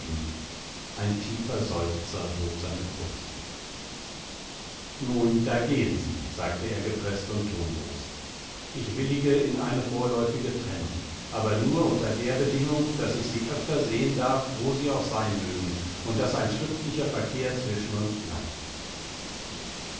ein tiefer seufzer hob seine brust nun da gehen sie sagte er gepreßt und tonlos ich willige in eine vorläufige trennung aber nur unter der bedingung daß ich sie öfter sehen darf wo sie auch sein mögen und daß ein schriftlicher verkehr zwischen uns bleibt